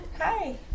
Hi